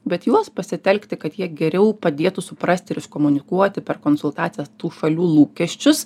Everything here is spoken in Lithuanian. bet juos pasitelkti kad jie geriau padėtų suprast ir iškomunikuoti per konsultacijas tų šalių lūkesčius